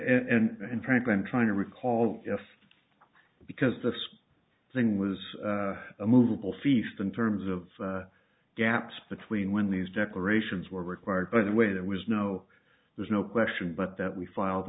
ed and frankly i'm trying to recall yes because this thing was a movable feast in terms of gaps between when these declarations were required by the way there was no there's no question but that we filed